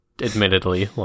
admittedly